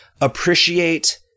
appreciate